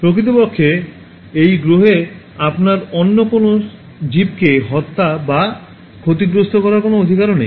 প্রকৃতপক্ষে এই গ্রহে আপনার অন্য কোনও জীবকে হত্যা বা ক্ষতিগ্রস্থ করার কোনও অধিকার নেই